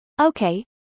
Okay